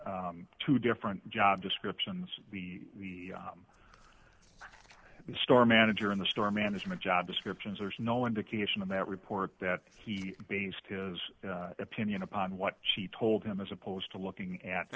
the two different job descriptions the palm store manager in the store management job descriptions there's no indication in that report that he based his opinion upon what she told him as opposed to looking at